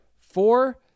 four